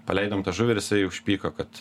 paleidom tą žuvį ir jisai užpyko kad